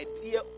idea